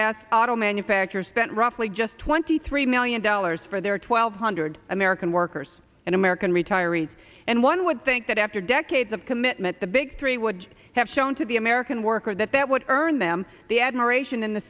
s auto manufacturers spent roughly just twenty three million dollars for their twelve hundred american worker an american retiree and one would think that after decades of commitment the big three would have shown to the american worker that that would earn them the admiration in the